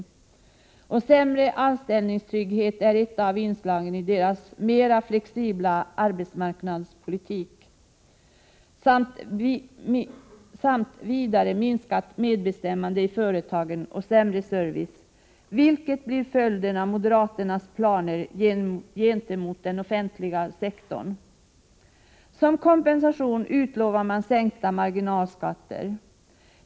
Sämre anställningstrygghet är ett av inslagen i deras mera flexibla arbetsmarknadspolitik. Minskat medbestämmande i företagen och sämre service blir vidare följden av moderaternas planer gentemot den offentliga sektorn. Som kompensation utlovar man sänkta marginalskatter.